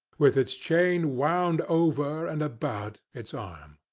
with its chain wound over and about its arm.